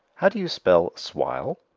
how do you spell swile?